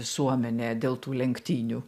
visuomenė dėl tų lenktynių